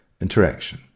interaction